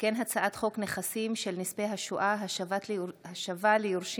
הצעת חוק נכסים של נספי השואה (השבה ליורשים